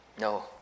No